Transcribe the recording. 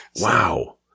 Wow